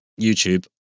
YouTube